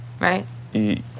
right